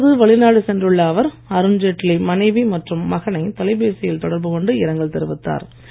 தற்போது வெளிநாடு சென்றுள்ள அவர் அருண்ஜெட்லி மனைவி மற்றும் மகனை தொலைப்பேசியில் தொடர்பு கொண்டு இரங்கல் தெரிவித்தார்